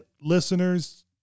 listeners